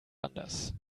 anders